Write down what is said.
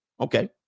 okay